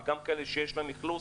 וגם כאלה שיש להם אכלוס,